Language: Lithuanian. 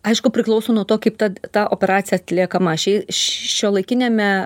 aišku priklauso nuo to kaip tad ta operacija atliekama ši šiuolaikiniame